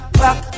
back